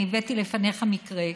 אני הבאתי לפניך מקרה,